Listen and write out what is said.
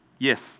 Yes